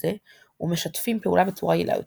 זה ומשתפים פעולה בצורה יעילה יותר.